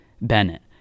Bennett